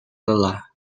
lelah